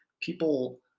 people